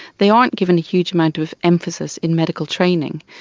they aren't given a huge amount of emphasis in medical training.